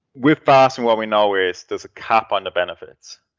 with fasting what we know is there's a cap on the benefits.